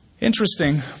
Interesting